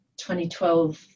2012